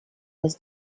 was